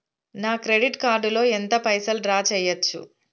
నా credit card లో ఎంత పైసల్ డ్రా చేయచ్చు?